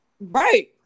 Right